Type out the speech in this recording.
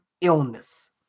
illness